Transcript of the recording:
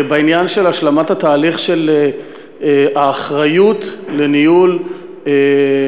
בעניין של השלמת התהליך של האחריות לניהול החירום,